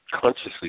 consciously